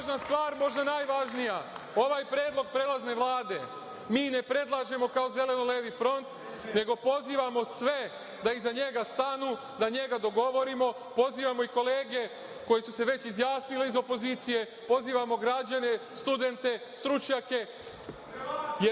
možda najvažnija, ovaj predlog prelazne Vlade mi ne predlažemo kao Zeleno-levi front, nego pozivamo sve da iza njega stanu, da njega dogovorimo, pozivamo i kolege koji su se već izjasnili iz opozicije, pozivamo građane, studente, stručnjake, jer